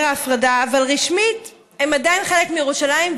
ההפרדה אבל רשמית הן עדיין חלק מירושלים,